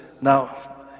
now